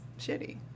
shitty